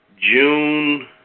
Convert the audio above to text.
June